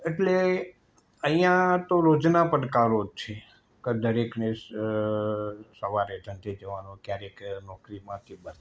એટલે અહીંયા તો રોજના પડકારો જ છે કે દરેકને સ સવારે ધંધે જવાનો ક્યારેક નોકરી માટે બસ